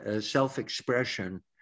self-expression